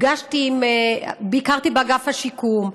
ביקרתי באגף השיקום,